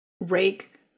rake